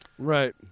Right